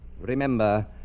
Remember